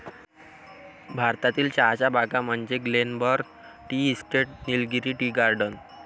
भारतातील चहाच्या बागा म्हणजे Glenburn tea estate, Nilgiri tea garden